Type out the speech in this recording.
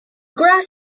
grass